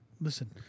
Listen